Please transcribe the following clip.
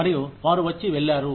మరియు వారు వచ్చి వెళ్లారు